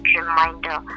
reminder